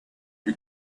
you